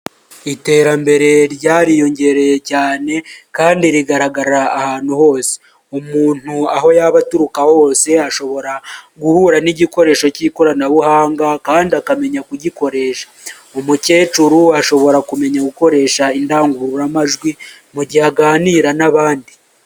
Iterambere ryariyongereye cyane kandi rigaraga ahantu hose umuntu aho yaba aturuka hose ashobora guhura n'igikoresho cy'ikoranabuhanga kandi akamenya kugikoresha, umukecuru ashobora kumenya gukoresha indangururamajwi mugihe aganira n'abandi.